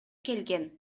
келген